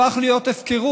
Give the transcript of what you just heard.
הפך להיות הפקרות.